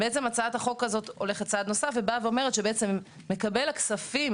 הצעת החוק הזאת הולכת צעד נוסף ואומרת שמקבל הכספים